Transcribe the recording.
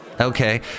Okay